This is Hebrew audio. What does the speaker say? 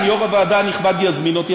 אם יו"ר הוועדה הנכבד יזמין אותי,